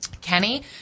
Kenny